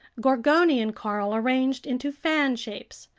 gorgonian coral arranged into fan shapes,